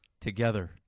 together